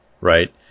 right